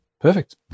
Perfect